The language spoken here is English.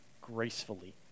gracefully